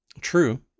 True